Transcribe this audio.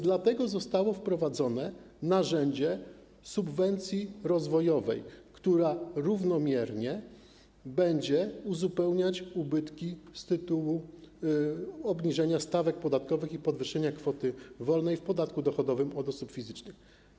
Dlatego zostało wprowadzone narzędzie subwencji rozwojowej, która równomiernie będzie uzupełniać ubytki z tytułu obniżenia stawek podatkowych i podwyższenia kwoty wolnej w podatku dochodowym od osób fizycznych.